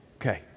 Okay